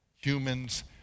humans